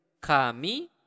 kami